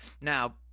Now